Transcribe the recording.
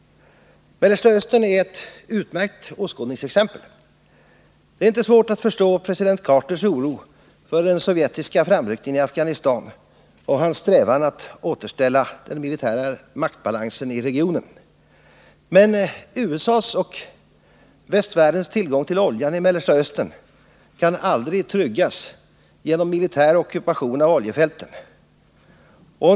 Mellersta Östern är ett utmärkt åskådningsexempel. Det är inte svårt att förstå president Carters oro för den sovjetiska framryckningen i Afghanistan och hans strävan att återställa den militära maktbalansen i regionen. Men USA:s och västvärldens tillgång till oljan i Mellersta Östern kan aldrig tryggas genom militär ockupation av oljefälten.